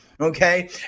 okay